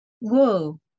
whoa